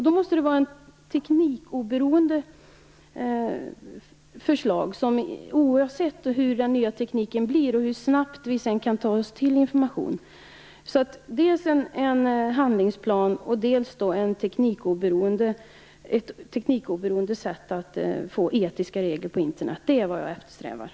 Det måste också till teknikoberoende förslag, som inte är beroende av hur den nya tekniken blir och hur snabbt vi sedan kan ta till oss information. Vad jag eftersträvar är alltså dels en handlingsplan, dels ett teknikoberoende sätt att få etiska regler på Internet.